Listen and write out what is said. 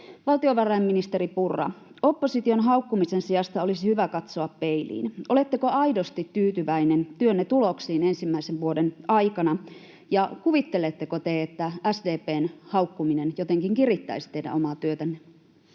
Valtiovarainministeri Purra, opposition haukkumisen sijasta olisi hyvä katsoa peiliin. Oletteko aidosti tyytyväinen työnne tuloksiin ensimmäisen vuoden aikana, ja kuvitteletteko te, että SDP:n haukkuminen jotenkin kirittäisi teidän omaa työtänne?